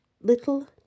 little